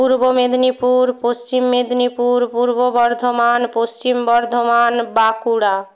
পূর্ব মেদিনীপুর পশ্চিম মেদিনীপুর পূর্ব বর্ধমান পশ্চিম বর্ধমান বাঁকুড়া